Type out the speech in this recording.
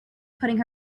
putting